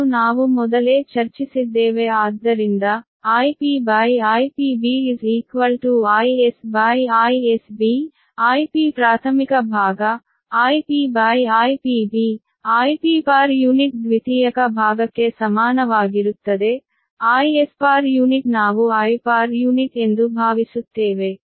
ಇದನ್ನು ನಾವು ಮೊದಲೇ ಚರ್ಚಿಸಿದ್ದೇವೆ ಆದ್ದರಿಂದ IpIpB IsIsB Ip ಪ್ರಾಥಮಿಕ ಭಾಗ IpIpB Ip ದ್ವಿತೀಯಕ ಭಾಗಕ್ಕೆ ಸಮಾನವಾಗಿರುತ್ತದೆ Is ನಾವು I ಎಂದು ಭಾವಿಸುತ್ತೇವೆ